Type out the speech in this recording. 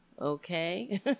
Okay